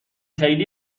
خیلی